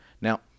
Now